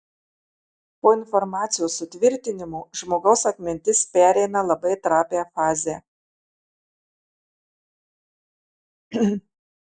po informacijos sutvirtinimo žmogaus atmintis pereina labai trapią fazę